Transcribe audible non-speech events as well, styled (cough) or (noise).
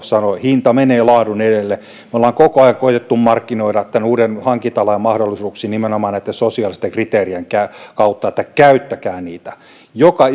(unintelligible) sanoi hinta menee laadun edelle me olemme koko ajan koettaneet markkinoida tämän uuden hankintalain mahdollisuuksia nimenomaan näitten sosiaalisten kriteerien kautta että käyttäkää niitä joka (unintelligible)